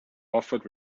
offered